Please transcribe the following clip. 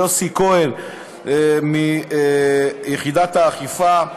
ליוסי כהן מיחידת האכיפה.